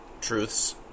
truths